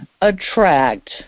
attract